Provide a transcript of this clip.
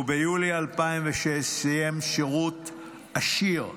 וביולי 2006 סיים שירות עשיר,